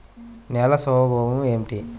నేలల స్వభావం ఏమిటీ?